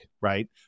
right